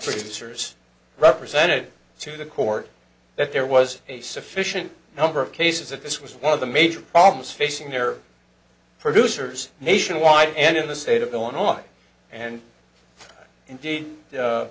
producers represented to the court that there was a sufficient number of cases that this was one of the major problems facing their producers nationwide and in the state of illinois and indeed